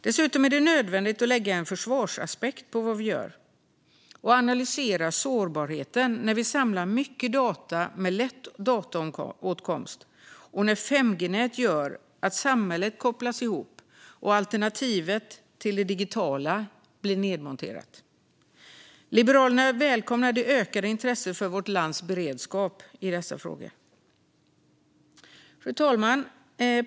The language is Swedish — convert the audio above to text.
Dessutom är det nödvändigt att lägga en försvarsaspekt på vad vi gör och analysera sårbarheten när vi samlar mycket data med lätt dataåtkomst och när 5G-nät gör att samhället kopplas ihop och alternativen till det digitala blir nedmonterade. Liberalerna välkomnar det ökade intresset för vårt lands beredskap i dessa frågor. Fru talman!